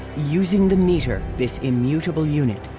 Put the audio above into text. using the meter, this immutable unit,